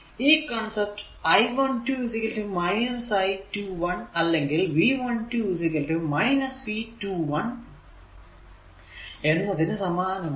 ഈ concept I12 I21 അല്ലെങ്കിൽ V12 V21 എന്നതിന് സമാനമാണ്